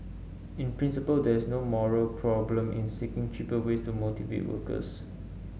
in principle there is no moral problem in seeking cheaper ways to motivate workers